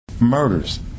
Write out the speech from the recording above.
Murders